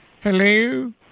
Hello